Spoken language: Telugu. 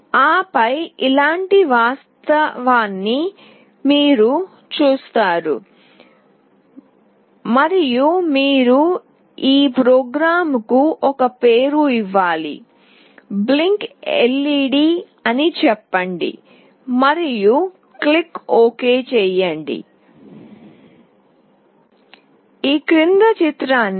ఆపై ఇలాంటివి వస్తాయని మీరు చూస్తారు మరియు మీరు ఈ ప్రోగ్రామ్ కు ఒక పేరు ఇవ్వాలి LED వెలిగించిందని అనుకుందాం మరియు OK క్లిక్ ఫై క్లిక్ చేస్తాను